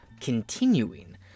continuing